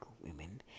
women